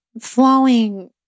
flowing